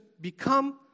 become